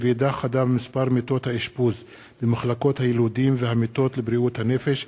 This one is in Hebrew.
ירידה חדה במספר מיטות האשפוז במחלקות היילודים והמיטות לבריאות הנפש,